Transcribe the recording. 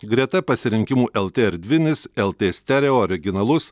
greta pasirinkimų lt erdvinis lt stereo originalus